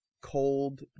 cold